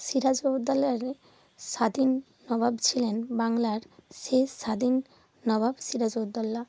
সিরাজ উদ্দৌলা আরে স্বাধীন নবাব ছিলেন বাংলার শেষ স্বাধীন নবাব সিরাজ উদ্দৌলা